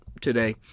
today